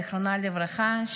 זיכרונה לברכה,